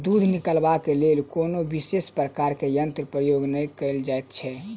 दूध निकालबाक लेल कोनो विशेष प्रकारक यंत्रक प्रयोग नै कयल जाइत छै